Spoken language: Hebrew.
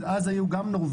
אז גם היו נורבגים,